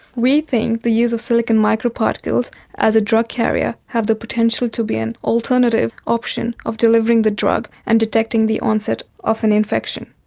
we think the use of silicon micro particles as a drug carrier have the potential to be an alternative option of delivering the drug and detecting the onset of an infection.